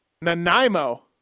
Nanaimo